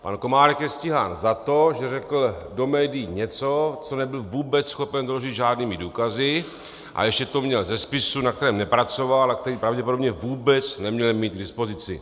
Pan Komárek je stíhán za to, že řekl do médií něco, co nebyl vůbec schopen doložit žádnými důkazy, a ještě to měl ze spisu, na kterém nepracoval a který pravděpodobně vůbec neměl mít k dispozici.